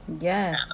Yes